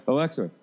Alexa